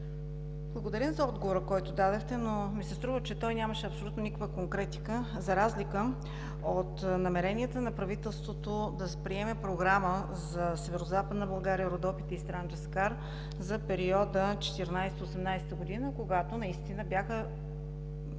Благодаря за отговора, който дадохте, но ми се струва, че той нямаше абсолютно никаква конкретика, за разлика от намеренията на правителството да приеме програма за Северозападна България, Родопите и Странджа-Сакар за периода 2014 – 2018 г., когато наистина бяха